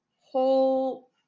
whole